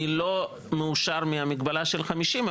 אני לא מאושר מהמגבלה של 50,